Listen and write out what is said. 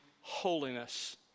holiness